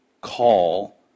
call